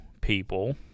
people